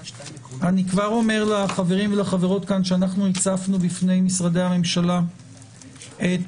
אני כבר אומר לחברים ולחברות כאן שאנחנו הצפנו בפני משרדי הממשלה את